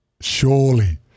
Surely